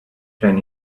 ten